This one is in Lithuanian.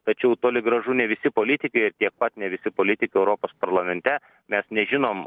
tačiau toli gražu ne visi politikai ir tiek pat ne visi politikai europos parlamente mes nežinom